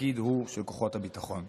התפקיד הוא של כוחות הביטחון.